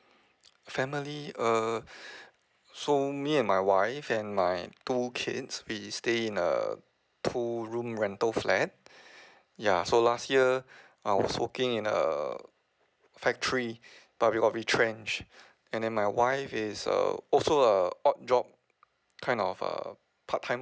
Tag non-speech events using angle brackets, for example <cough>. family err <breath> so me and my wife and my two kids we stay in a two room rental flat <breath> ya so last year <breath> I was working in a uh factory <breath> but we got retrenched and then my wife is uh also a odd job kind of a part time